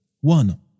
One